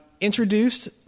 Introduced